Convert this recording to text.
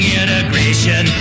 integration